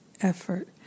effort